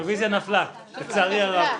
הרוויזיה נפלה לצערי הרב...